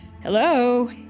hello